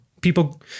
people